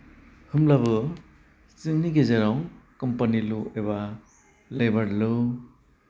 होनब्लाबो जोंनि गेजेराव कम्पानि ल' एबा लेबार ल'